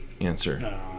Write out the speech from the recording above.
answer